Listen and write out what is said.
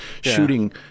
shooting